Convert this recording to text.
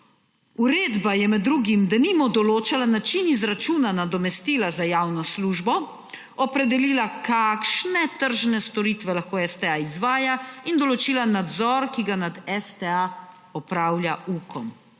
Uredba je med drugim denimo določala način izračuna nadomestila za javno službo, opredelila kakšne tržne storitve lahko STA izvaja in določila nadzor, ki ga nad STA opravlja UKOM.